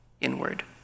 inward